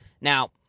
Now